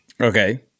Okay